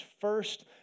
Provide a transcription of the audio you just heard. first